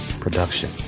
Production